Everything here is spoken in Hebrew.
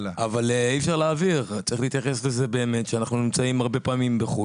צריך להתייחס לזה כי אנחנו נמצאים הרבה פעמים בחוץ